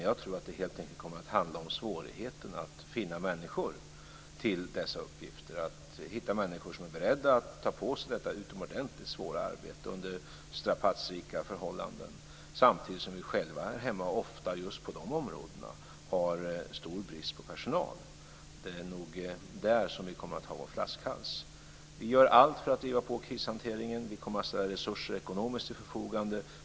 Jag tror att det helt enkelt kommer att handla om svårigheten att finna människor till dessa uppgifter, att hitta människor som är beredda att ta på sig detta utomordentligt svåra arbete under strapatsrika förhållanden. Samtidigt har vi själva här hemma just på de områdena ofta stor brist på personal. Det är nog där vi kommer att ha vår flaskhals. Vi gör allt för att driva på krishanteringen. Vi kommer att ekonomiskt ställa resurser till förfogande.